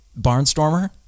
Barnstormer